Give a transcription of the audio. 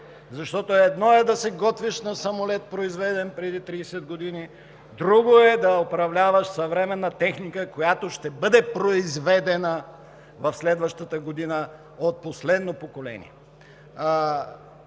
Защото е едно да се готвиш на самолет, произведен преди 30 години, друго е да управляваш съвременна техника, която ще бъде произведена в следващата година, от последно поколение.